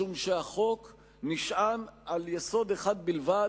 משום שהחוק נשען על יסוד אחד בלבד,